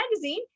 magazine